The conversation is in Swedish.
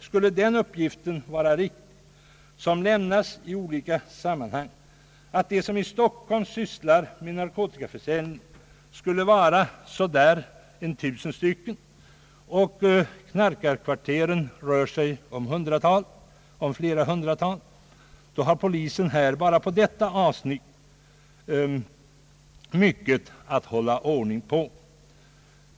Skulle den uppgift vara riktig, som lämnas i olika sammanhang, att de som i Stockholm sysslar med narkotikaförsäljning torde vara omkring 1 000 personer och att knarkarkvarteren rör sig om flera hundratal, så har polisen bara inom detta avsnitt av sin verksamhet mycket att hålla ordning på.